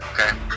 okay